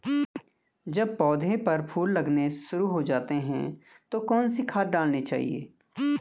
जब पौधें पर फूल लगने शुरू होते हैं तो कौन सी खाद डालनी चाहिए?